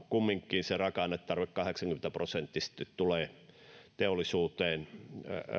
kumminkin raaka ainetarve kahdeksankymmentä prosenttisesti tulee teollisuuteen